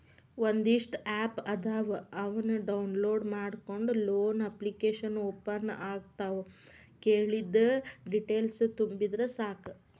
ಒಂದಿಷ್ಟ ಆಪ್ ಅದಾವ ಅವನ್ನ ಡೌನ್ಲೋಡ್ ಮಾಡ್ಕೊಂಡ ಲೋನ ಅಪ್ಲಿಕೇಶನ್ ಓಪನ್ ಆಗತಾವ ಕೇಳಿದ್ದ ಡೇಟೇಲ್ಸ್ ತುಂಬಿದರ ಸಾಕ